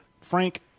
Frank –